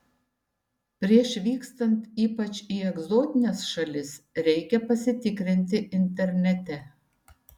prieš vykstant ypač į egzotines šalis reikia pasitikrinti internete